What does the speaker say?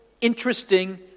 interesting